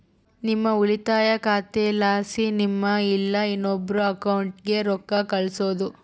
ನಿಮ್ಮ ಉಳಿತಾಯ ಖಾತೆಲಾಸಿ ನಿಮ್ಮ ಇಲ್ಲಾ ಇನ್ನೊಬ್ರ ಅಕೌಂಟ್ಗೆ ರೊಕ್ಕ ಕಳ್ಸೋದು